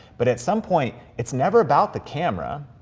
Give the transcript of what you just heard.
but at some point, it's never about the camera,